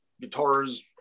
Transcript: guitars